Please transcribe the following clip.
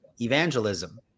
evangelism